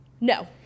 No